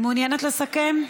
היא מעוניינת לסכם?